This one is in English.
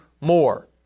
more